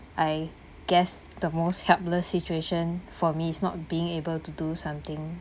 I guess the most helpless situation for me is not being able to do something